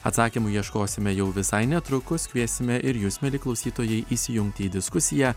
atsakymų ieškosime jau visai netrukus kviesime ir jus mieli klausytojai įsijungti į diskusiją